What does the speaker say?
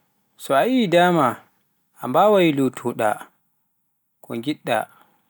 so yii dama a mbawai latooɗa ko ngiɗɗa.